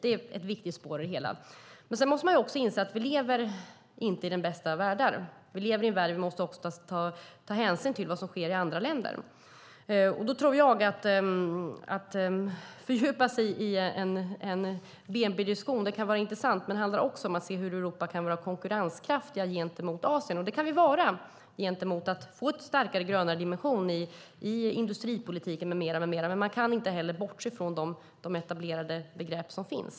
Det är ett viktigt spår. Vi måste också inse att vi inte lever i den bästa av världar. Vi lever i en värld där vi måste ta hänsyn till vad som sker i andra länder. Att fördjupa sig i en bnp-diskussion kan vara intressant, men det handlar också om att se hur Europa kan vara konkurrenskraftigt gentemot Asien. Det kan vi vara genom att få en starkare grön dimension i industripolitiken. Man kan inte bortse från etablerade begrepp.